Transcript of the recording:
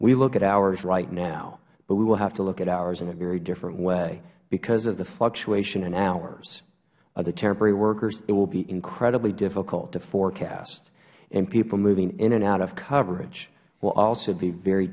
we look at hours right now but we will have to look at hours in a different way because of the fluctuation in hours of the temporary workers it will be incredibly difficult to forecast and people moving in and out of coverage will also be very